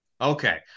okay